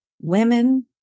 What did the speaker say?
women